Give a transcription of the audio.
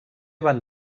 van